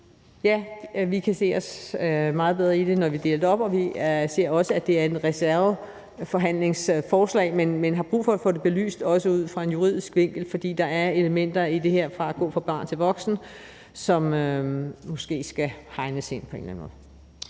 bedre se os selv i det, når det er delt op, og vi ser også, at der er et forhandlingsforslag finansieret af reserven, men har brug for at få det belyst også ud fra en juridisk vinkel, fordi der er elementer i det her med at gå fra at være barn til at være voksen, som måske skal hegnes ind på en eller anden måde.